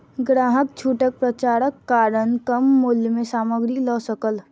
ग्राहक छूटक पर्चाक कारण कम मूल्य में सामग्री लअ सकल